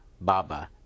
Baba